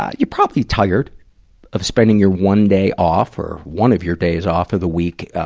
you probably tired of spending your one day off or one of your days off of the week, ah,